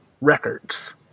records